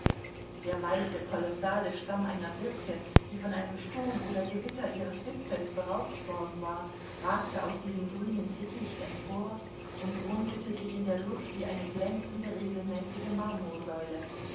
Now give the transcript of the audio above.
der weiße kolossale stamm einer birke die von einem sturm oder gewitter ihres wipfels beraubt worden war ragte aus diesem grünen dickicht empor und rundete sich in der luft wie eine glänzende regelmäßige marmorsäule